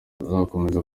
tuzakomeza